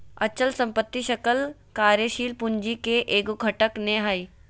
अचल संपत्ति सकल कार्यशील पूंजी के एगो घटक नै हइ